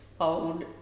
old